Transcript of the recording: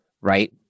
right